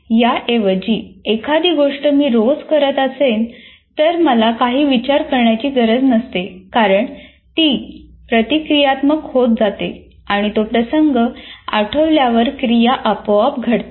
या ऐवजी एखादी गोष्ट मी रोज करत असेन तर मला काही विचार करण्याची गरज नसते कारण ती प्रतिक्रियात्मक होत जाते आणि तो प्रसंग आठवल्यावर क्रिया आपोआप घडतात